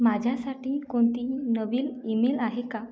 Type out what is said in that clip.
माझ्यासाठी कोणतीही नवील ईमेल आहे का